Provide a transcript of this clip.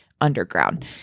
underground